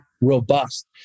robust